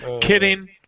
Kidding